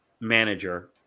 manager